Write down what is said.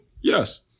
yes